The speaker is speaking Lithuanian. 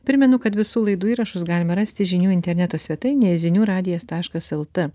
primenu kad visų laidų įrašus galima rasti žinių interneto svetainėje zinių radijas taškas lt